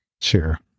Sure